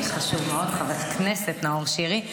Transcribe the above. חשוב מאוד, חבר הכנסת נאור שירי.